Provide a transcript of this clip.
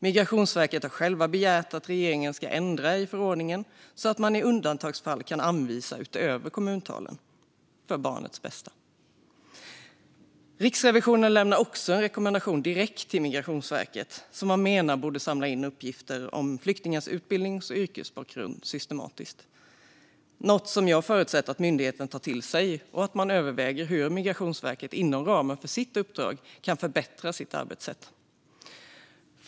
Migrationsverket har självt begärt att regeringen ska ändra i förordningen så att man i undantagsfall kan anvisa utöver kommuntalen för barnets bästa. Riksrevisionen lämnar också en rekommendation direkt till Migrationsverket, som man menar borde samla in uppgifter om flyktingars utbildnings och yrkesbakgrund systematiskt. Jag förutsätter att myndigheten tar det till sig och överväger hur Migrationsverket inom ramen för sitt uppdrag kan förbättra sitt arbetssätt.